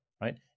right